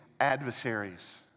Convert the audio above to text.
adversaries